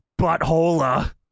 Butthola